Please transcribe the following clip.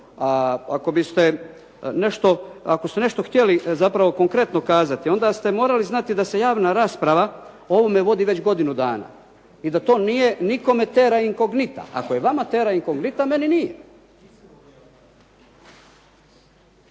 Ako biste nešto, ako ste nešto htjeli zapravo konkretno kazati, onda ste morali znati da se javna rasprava o ovome ne vodi već godinu dana. I da to nije nikome tera inkoglita, ako je vama tera inkoglita, meni nije.